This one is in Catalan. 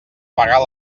pagar